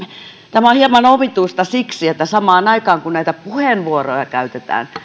tämä on hieman omituista siksi että samaan aikaan kun näitä puheenvuoroja käytetään